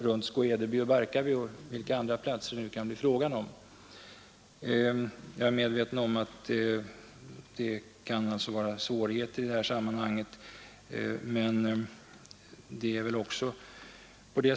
Man får kanske ta hänsyn till miljöfaktorer även runt Skå-Edeby, Barkarby och de andra platser som det kan bli fråga om.